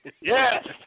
Yes